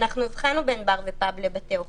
אנחנו הבחנו בין בר ופאב לבין בתי אוכל.